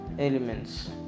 Elements